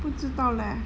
不知道 leh